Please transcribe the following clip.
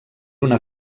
una